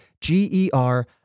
G-E-R